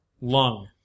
Lung